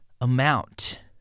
amount